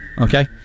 Okay